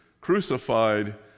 crucified